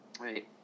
Right